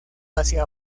hacia